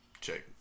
check